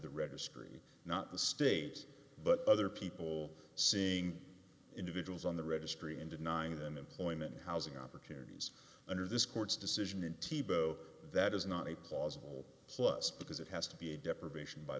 the registry not the state but other people seeing individuals on the registry and denying them employment housing opportunities under this court's decision in t bo that is not a plausible plus because it has to be a deprivation by